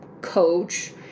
coach